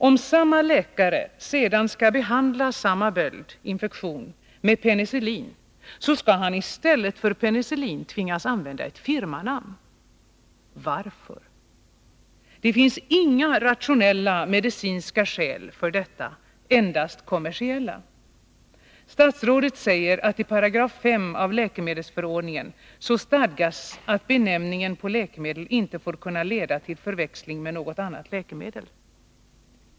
Om samma läkare sedan skall behandla denna böldinfektion med penicillin tvingas han att i stället för ordet penicillin använda ett firmanamn. Varför? Det finns inga rationella medicinska skäl för detta, endast kommersiella. Statsrådet säger att det i 5 § läkemedelsförordningen stadgas att benämningen på läkemedel inte bör kunna leda till förväxlingar med något annat läkemedel.